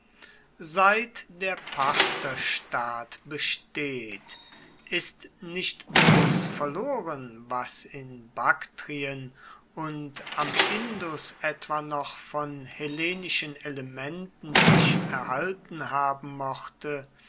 seit der partherstaat besteht ist nicht bloß verloren was in baktrien und am indus etwa noch von hellenischen elementen sich erhalten haben mochte